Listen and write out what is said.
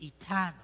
eternal